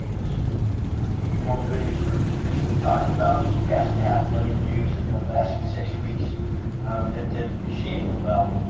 is one of the videos we were just recently talking about, just passed a half-million views in the last six weeks. and it did exceedingly well.